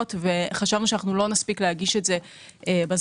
וחשבנו שלא נספיק להגיש את זה בזמן.